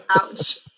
Ouch